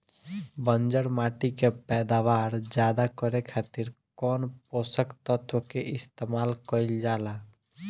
बंजर माटी के पैदावार ज्यादा करे खातिर कौन पोषक तत्व के इस्तेमाल कईल जाला?